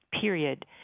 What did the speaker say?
period